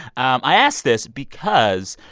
um i ask this because,